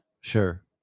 Sure